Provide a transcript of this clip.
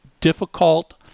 difficult